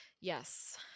Yes